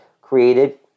created